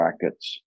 brackets